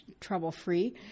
trouble-free